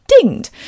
dinged